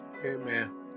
amen